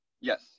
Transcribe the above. Yes